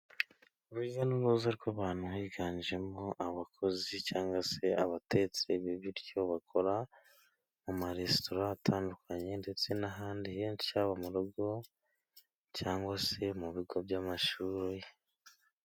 Urujya n'uruza rw'abantu, higanjemo abakozi cyangwa se abatetsi b'ibiryo bakora mu maresitora atandukanye, ndetse n'ahandi henshi haba mu rugo cyangwa se mu bigo by'amashuri.